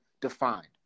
defined